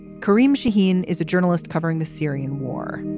kareem shaheen is a journalist covering the syrian war.